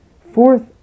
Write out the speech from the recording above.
Fourth